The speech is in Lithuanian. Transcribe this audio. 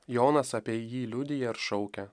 jonas apie jį liudija ir šaukia